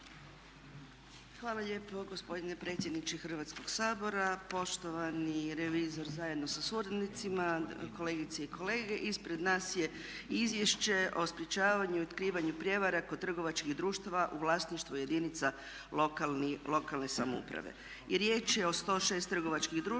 Hvala lijepo gospodine predsjedniče Hrvatskog sabora, poštovani revizore zajedno sa suradnicima, kolegice i kolege. Ispred nas je Izvješće o sprječavanju i otkrivanju prijevara kod trgovačkih društava u vlasništvu jedinica lokalne samouprave.